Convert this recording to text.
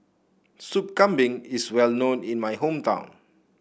Soup Kambing is well known in my hometown